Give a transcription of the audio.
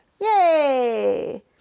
Yay